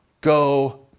go